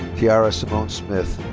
tiara simone smith.